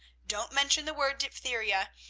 don't mention the word diphtheria,